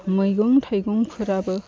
मैगं थाइगंफोराबो